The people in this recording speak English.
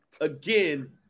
again